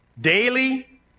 Daily